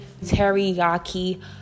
teriyaki